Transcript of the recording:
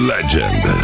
Legend